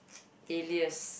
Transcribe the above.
aliyers